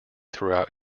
throughout